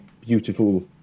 beautiful